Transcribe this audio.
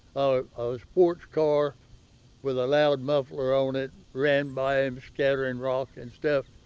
a sports car with a loud muffler on it, ran by scattering rocks and stuff,